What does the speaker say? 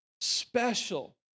special